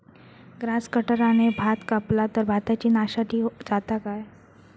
Grass कटराने भात कपला तर भाताची नाशादी जाता काय?